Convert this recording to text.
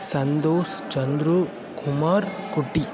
சந்தோஷ் சந்துரு குமார் குட்டி